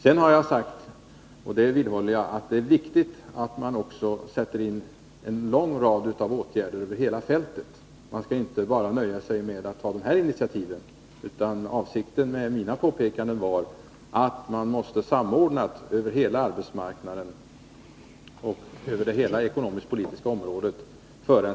Sedan har jag sagt — och det vidhåller jag — att det är viktigt att man också sätter in en lång rad åtgärder över hela fältet. Man skall inte bara nöja sig med de här initiativen. Avsikten med mina påpekanden var att man måste samordna över hela arbetsmarknaden och över hela det ekonomisk-politiska området.